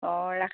অঁ ৰাস